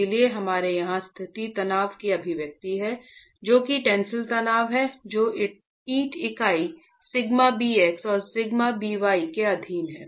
इसलिए हमारे यहां स्थानीय तनाव की अभिव्यक्ति है जो कि टेंसिल तनाव है जो ईंट इकाई σ bx और σ by के अधीन है